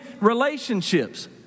relationships